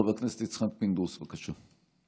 חבר הכנסת יצחק פינדרוס, בבקשה.